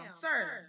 sir